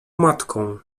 matką